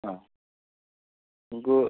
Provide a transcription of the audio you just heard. ആ നിങ്ങൾക്ക്